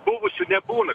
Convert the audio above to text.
buvusių nebūna